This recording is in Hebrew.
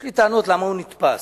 יש לי טענות למה הוא נתפס.